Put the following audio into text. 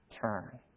turn